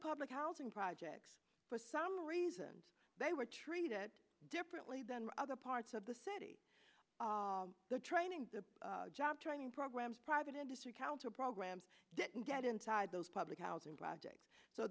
public housing projects for some reason they were treated differently than other parts of the city the training the job training programs private industry counterprogram didn't get inside those public housing projects so